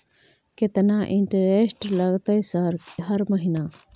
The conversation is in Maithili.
केतना इंटेरेस्ट लगतै सर हर महीना?